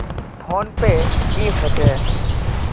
Phone पै की होचे?